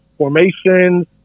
Formations